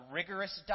rigorous